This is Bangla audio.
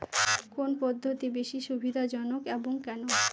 কোন পদ্ধতি বেশি সুবিধাজনক এবং কেন?